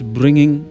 bringing